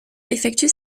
effectue